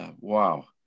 wow